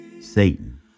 Satan